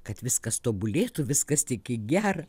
kad viskas tobulėtų viskas tik į gera